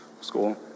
School